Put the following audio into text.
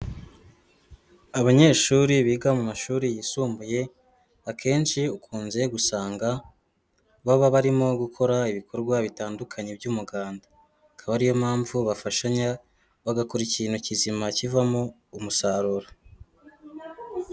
Abanyeshuri biga mu mashuri yisumbuye, akenshi ukunze usanga baba barimo gukora ibikorwa bitandukanye by'umuganda, akaba ari yo mpamvu bafashanya bagakora ikintu kizima kivamo umusaruro.